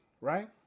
Right